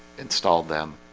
installed them